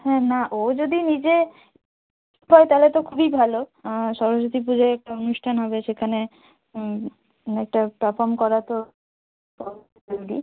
হ্যাঁ না ও যদি নিজে করে তাহলে তো খুবই ভালো সরস্বতী পুজোয় একটা অনুষ্ঠান হবে সেখানে একটা পারফর্ম করা তো জরুরি